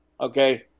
Okay